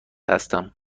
هستم